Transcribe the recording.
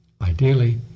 ideally